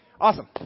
Awesome